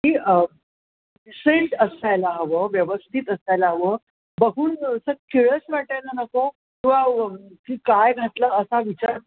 की डिसेंट असायला हवं व्यवस्थित असायला हवं बघून असं किळस वाटायला नको किंवा की काय घातलं असा विचार